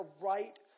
right